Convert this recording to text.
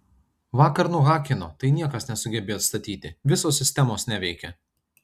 vakar nuhakino tai niekas nesugebėjo atstatyti visos sistemos neveikia